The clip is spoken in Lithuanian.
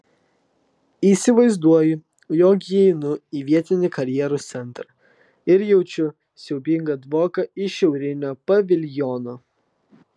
įsivaizduoju jog įeinu į vietinį karjeros centrą ir jaučiu siaubingą dvoką iš šiaurinio paviljono